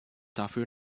dafür